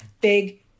big